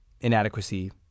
inadequacy